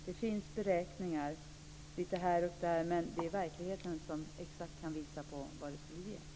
Det finns beräkningar lite här och där, men det är verkligheten som exakt kan visa vad detta skulle ge.